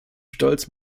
stolz